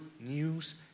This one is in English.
news